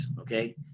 okay